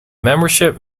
membership